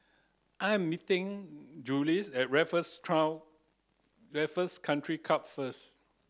I am meeting Jules at Raffles Raffles Country Club first